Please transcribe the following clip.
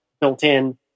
built-in